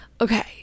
okay